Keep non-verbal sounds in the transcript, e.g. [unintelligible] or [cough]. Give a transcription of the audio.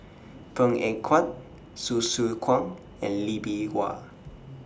Png Eng Huat [unintelligible] Kwang and Lee Bee Wah